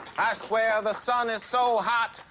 i swear, the sun is so hot,